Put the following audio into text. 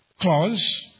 clause